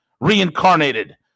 reincarnated